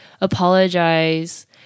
apologize